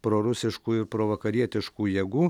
prorusiškų ir provakarietiškų jėgų